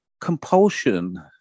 Compulsion